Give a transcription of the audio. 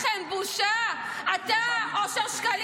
אנחנו נדאג לבטל את עילת הסבירות,